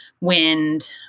wind